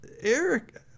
Eric